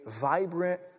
vibrant